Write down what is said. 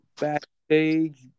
backstage